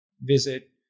visit